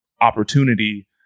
opportunity